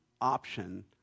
option